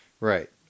Right